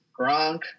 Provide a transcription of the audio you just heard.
Gronk